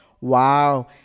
Wow